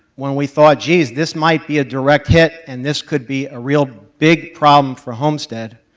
when we thought, jeez, this might be a direct hit and this could be a real big problem for homestead,